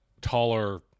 taller